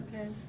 Okay